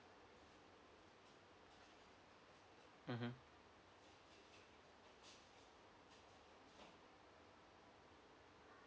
mmhmm